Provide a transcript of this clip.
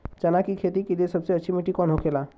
चना की खेती के लिए सबसे अच्छी मिट्टी कौन होखे ला?